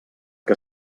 que